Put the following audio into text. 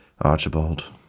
Archibald